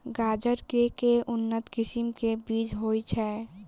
गाजर केँ के उन्नत किसिम केँ बीज होइ छैय?